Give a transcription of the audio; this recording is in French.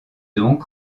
donc